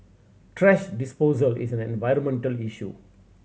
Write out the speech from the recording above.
thrash disposal is an environmental issue